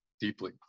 deeply